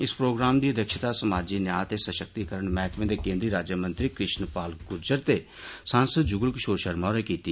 इस प्रोग्राम दी अध्यक्षता समाजी न्याऽ ते सशक्तिकरण मैह्कमे दे केन्द्री राज्यमंत्री कृष्ण पाल गुर्जर ते सांसद जुगल किशोर शर्मा होरें कीती